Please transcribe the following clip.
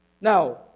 Now